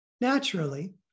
naturally